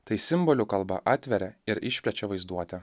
tai simbolių kalba atveria ir išplečia vaizduotę